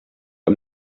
i’m